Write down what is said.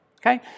Okay